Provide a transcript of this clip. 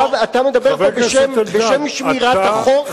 אתה מדבר פה בשם שמירת החוק.